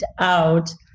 out